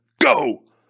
Go